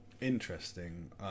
interesting